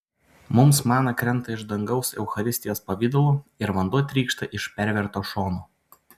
mums mana krenta iš dangaus eucharistijos pavidalu ir vanduo trykšta iš perverto šono